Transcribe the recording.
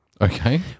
Okay